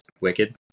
wicked